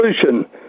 solution